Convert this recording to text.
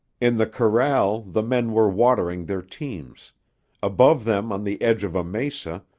in the corral the men were watering their teams above them on the edge of a mesa,